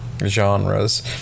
Genres